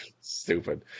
stupid